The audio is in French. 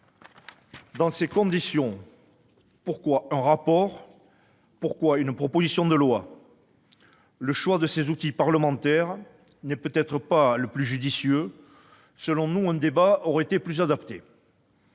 Dans ces conditions, pourquoi un rapport et une proposition de loi ? Le choix de tels outils parlementaires n'est peut-être pas le plus judicieux. Selon nous, un débat aurait été plus adapté.